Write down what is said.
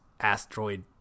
asteroid